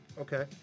Okay